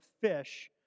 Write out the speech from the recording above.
fish